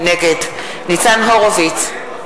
נגד ניצן הורוביץ,